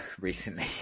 recently